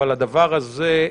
אבל הדבר הזה,